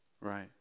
Right